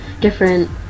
different